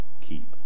keep